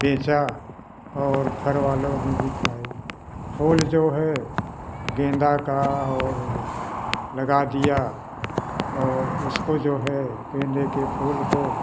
बेंचा और घरवालों ने भी खाए फूल जो है गेंदा का और लगा दिया और उसको जो है गेंदे के फूल को